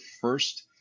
first